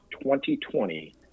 2020